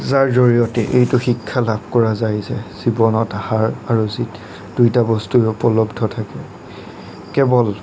যাৰ জৰিয়তে এইটো শিক্ষা লাভ কৰা যায় যে জীৱনত হাৰ আৰু জিত দুয়োটা বস্তুৱে উপলব্ধ থাকে কেৱল